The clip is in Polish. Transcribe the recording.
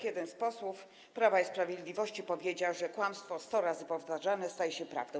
Jeden z posłów Prawa i Sprawiedliwości powiedział, że kłamstwo 100 razy powtarzane staje się prawdą.